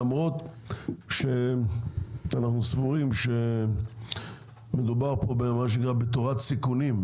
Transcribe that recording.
למרות שאנחנו סבורים שמדובר פה במה שנקרא בתורת סיכונים,